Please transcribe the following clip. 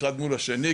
אחד מול השני,